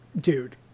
dude